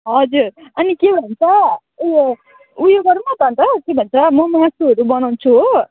हजुर अनि के भन्छ ऊ यो ऊ यो गरौँ न त अन्त के भन्छ म मासुहरू बनाउँछु हो